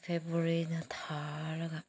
ꯐꯦꯕ꯭ꯋꯥꯔꯤꯗ ꯊꯥꯔꯒ